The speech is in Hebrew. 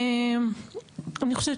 אני חושבת